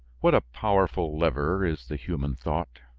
what a powerful lever is the human thought!